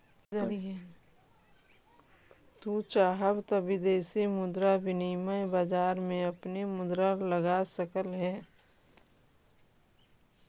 तू चाहव त विदेशी मुद्रा विनिमय बाजार में अपनी मुद्रा लगा सकलअ हे